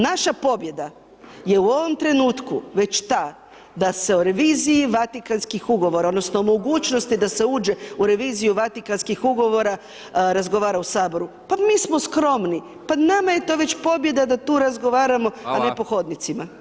Naša pobjeda je u ovom trenutku već ta da se o reviziji Vatikanskih ugovora odnosno mogućnosti da se uđe u reviziju Vatikanskih ugovora, razgovara u Saboru, pa mi smo skromni, pa nama je to već pobjeda da tu razgovaramo [[Upadica: Hvala]] , a ne po hodnicima.